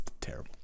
terrible